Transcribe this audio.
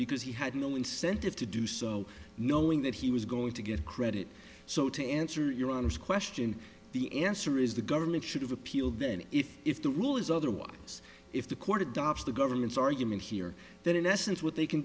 because he had no incentive to do so knowing that he was going to get credit so to answer your honor's question the answer is the government should have appealed then if if the rule is otherwise if the court adopts the government's argument here that in essence what they can